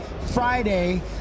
Friday